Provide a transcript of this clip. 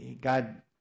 God